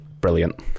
brilliant